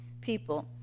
people